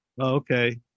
okay